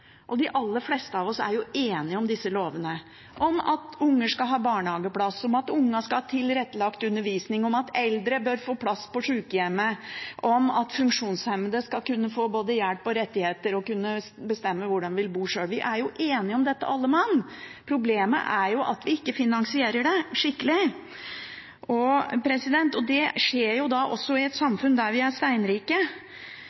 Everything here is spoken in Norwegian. Og de aller fleste av oss er jo enige om disse lovene – om at unger skal ha barnehageplass, at unger skal ha tilrettelagt undervisning, at eldre bør få plass på sykehjemmet, at funksjonshemmede skal kunne få både hjelp og rettigheter og sjøl kunne bestemme hvor de vil bo. Vi er enige om dette alle mann. Problemet er at vi ikke finansierer det skikkelig. Og det skjer da i et samfunn der vi er steinrike,